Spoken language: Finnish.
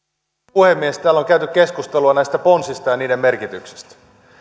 puhemies täällä on käyty keskustelua näistä ponsista ja niiden merkityksestä